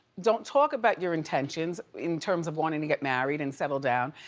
don't talk about your intentions in terms of wanting to get married and settle down,